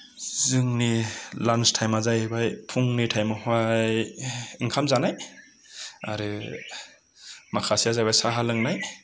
जोंनि लान्च टाइमा जाहैबाय फुंनि टाइमावहाय ओंखाम जानाय आरो माखासेया जाबाय साहा लोंनाय